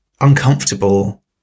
uncomfortable